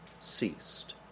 ceased